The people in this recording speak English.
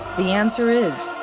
the answer is,